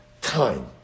time